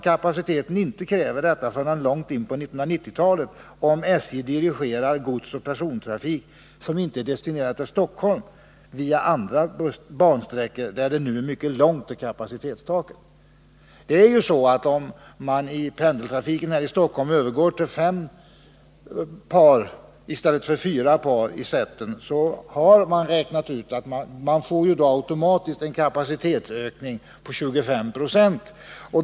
Kapaciteten kräver inte detta förrän långt in på 1990-talet, om SJ dirigerar godsoch persontrafik som inte är destinerad till Stockholm via andra bansträckor där det nu är mycket långt till kapacitetstaket. Om pendeltrafiken i Stockholm övergår till fem par i stället för fyra par i tågsätten får man automatiskt en kapacitetsökning på 25 90.